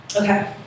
Okay